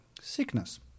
sickness